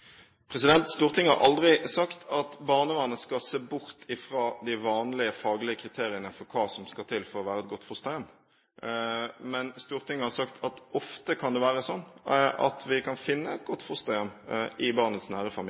Stortinget har aldri sagt at barnevernet skal se bort fra de vanlige faglige kriteriene for hva som skal til for å være et godt fosterhjem. Men Stortinget har sagt at ofte kan det være slik at vi kan finne et godt fosterhjem i barnets nære